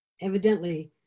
Evidently